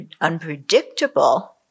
unpredictable